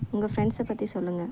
உங்கள் ஃப்ரெண்ட்ஸ்ஸை பற்றி சொல்லுங்கள்